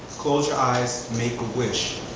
close your eyes, make a wish,